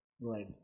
Right